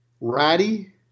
Ratty